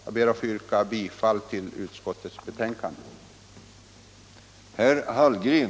Jag ber att få yrka bifall till utskottets hemställan.